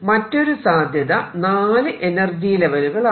മറ്റൊരു സാധ്യത 4 എനർജി ലെവലുകളാണ്